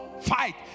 fight